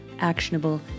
actionable